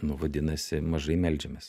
nu vadinasi mažai meldžiamės